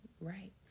Right